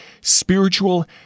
spiritual